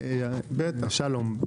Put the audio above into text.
חבר הכנסת שלום,